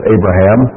Abraham